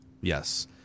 Yes